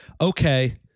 okay